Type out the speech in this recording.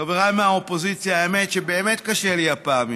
חבריי מהאופוזיציה, האמת שבאמת קשה לי הפעם אתכם.